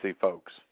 folks